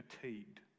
fatigued